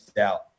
out